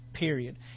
period